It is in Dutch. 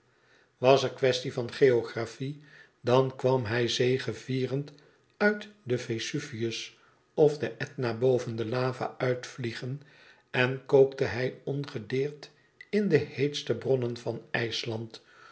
was er quaestie van geographie dan kwam hij zegevierend uit den vesuvius of de etna boven de lava uitvliegen en kookte hij ongedeerd in de heete bronnen van ijsland